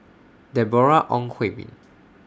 Deborah Ong Hui Min